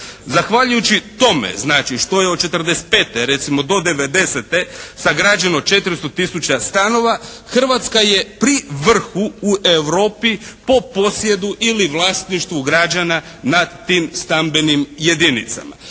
Zahvaljujući tome znači što je od '45. recimo do '90.-te sagrađeno 400 000 stanova Hrvatska je pri vrhu u Europi po posjedu ili vlasništvu građana nad tim stambenim jedinicama.